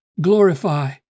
glorify